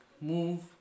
move